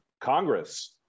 Congress